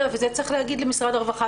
אלא וצריך להגיד את זה למשרד הרווחה